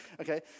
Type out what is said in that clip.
Okay